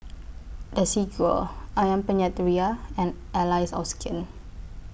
Desigual Ayam Penyet Ria and Allies of Skin